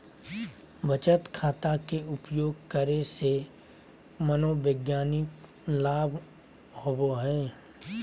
बचत खाता के उपयोग करे से मनोवैज्ञानिक लाभ होबो हइ